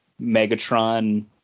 Megatron